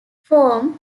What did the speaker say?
forms